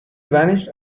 vanished